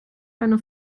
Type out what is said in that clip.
eine